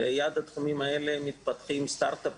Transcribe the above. אז ליד התחומים האלה מתפתחים סטארט-אפים.